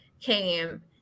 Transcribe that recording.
came